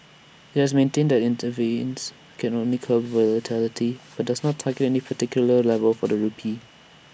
IT has maintained that IT intervenes can only curb volatility but doesn't target any particular level for the rupee